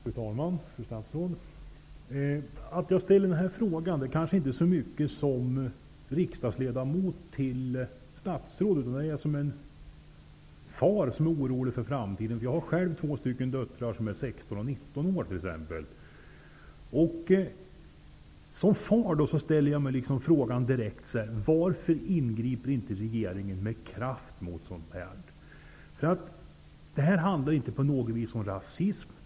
Fru talman! Fru statsråd! Jag ställer den här frågan inte så mycket som en riksdagsledamot som vänder sig till ett statsråd, utan jag ställer frågan i min egenskap av en far som är orolig för framtiden. Jag har nämligen själv två döttrar, som är 16 och 19 år. Det här handlar inte på något vis om rasism.